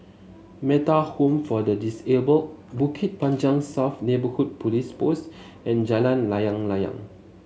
Metta Home for the Disabled Bukit Panjang South Neighbourhood Police Post and Jalan Layang Layang